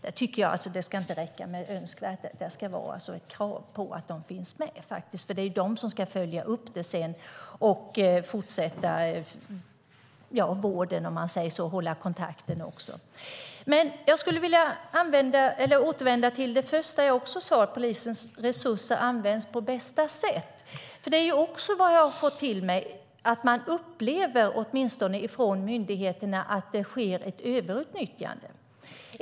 Där ska det inte räcka med "önskvärt", utan det ska vara ett krav att de finns med. Det är de som sedan ska följa upp, fortsätta vården och också hålla kontakten. Jag skulle vilja återvända till det första jag sade om huruvida polisens resurser används på bästa sätt. Jag har fått till mig att man från myndigheterna åtminstone upplever att det sker ett överutnyttjande.